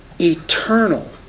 eternal